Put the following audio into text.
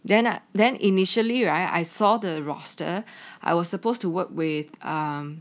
then uh then initially right I saw the roster I was supposed to work with um